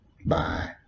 Bye